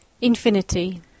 Infinity